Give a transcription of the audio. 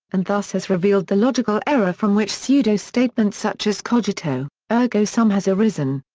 and thus has revealed the logical error from which pseudo-statements such as cogito, ergo sum has arisen.